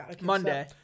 Monday